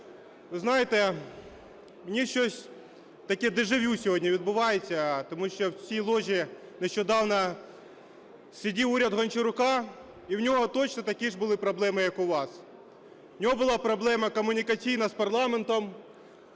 Ви знаєте, у мене щось таке дежавю сьогодні відбувається, тому що в цій ложі нещодавно сидів уряд Гончарука - і в нього точно такі ж були проблеми, як у вас. У нього була проблема комунікаційна з парламентом: